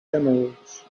emeralds